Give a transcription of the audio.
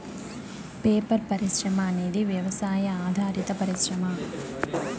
paper పరిశ్రమ అనేది వ్యవసాయ ఆధారిత పరిశ్రమ